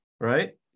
Right